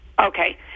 Okay